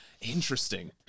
interesting